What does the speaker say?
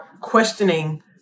questioning